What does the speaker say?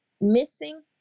missing